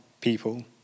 people